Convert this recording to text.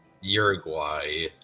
Uruguay